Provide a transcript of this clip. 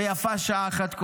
ויפה שעה אחת קודם.